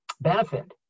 benefit